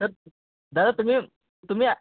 sir दादा तुम्ही तुम्ही